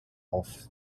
off